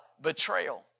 betrayal